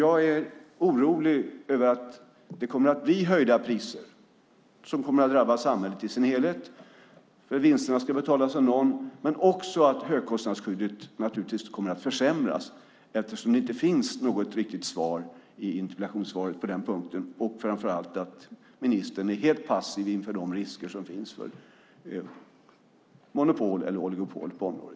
Jag är orolig för att det kommer att bli höjda priser som kommer att drabba samhället i sin helhet - vinsterna ska nämligen betalas av någon - och också, eftersom det inte finns något riktigt svar i interpellationssvaret på den punkten, att högkostnadsskyddet naturligtvis kommer att försämras. Ministern är helt passiv inför de risker som finns för monopol eller oligopol på området.